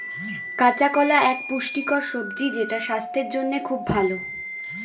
কাঁচা কলা এক পুষ্টিকর সবজি যেটা স্বাস্থ্যের জন্যে খুব ভালো